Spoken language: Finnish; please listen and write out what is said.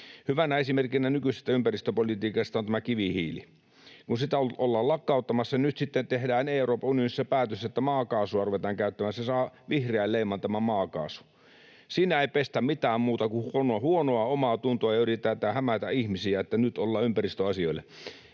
Hyvänä esimerkkinä nykyisestä ympäristöpolitiikasta on tämä kivihiili. Kun sitä ollaan lakkauttamassa, nyt sitten tehdään Euroopan unionissa päätös, että maakaasua ruvetaan käyttämään — se saa vihreän leiman, tämä maakaasu. Siinä ei pestä mitään muuta kuin huonoa omaatuntoa ja yritetään hämätä ihmisiä, että nyt ollaan ympäristön asioilla.